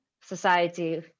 society